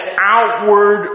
outward